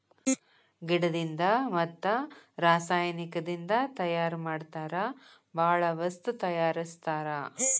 ಗಿಡದಿಂದ ಮತ್ತ ರಸಾಯನಿಕದಿಂದ ತಯಾರ ಮಾಡತಾರ ಬಾಳ ವಸ್ತು ತಯಾರಸ್ತಾರ